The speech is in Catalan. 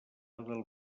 del